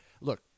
look